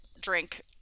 drink